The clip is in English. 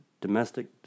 domestic